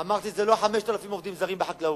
אמרתי: זה לא 5,000 עובדים זרים בחקלאות.